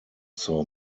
saw